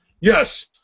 yes